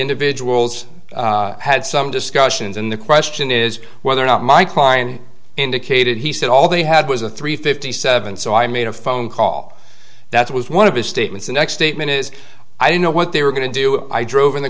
individuals had some discussions and the question is whether or not my client indicated he said all they had was a three fifty seven so i made a phone call that was one of his statements the next statement is i don't know what they were going to do i drove in the